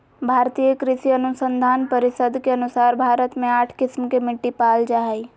भारतीय कृषि अनुसंधान परिसद के अनुसार भारत मे आठ किस्म के मिट्टी पाल जा हइ